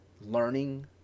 learning